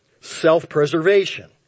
self-preservation